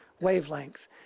wavelength